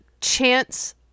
chance